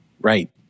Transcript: Right